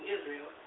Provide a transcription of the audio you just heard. Israel